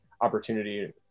opportunity